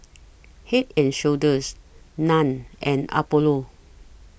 Head and Shoulders NAN and Apollo